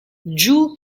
jewel